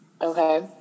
Okay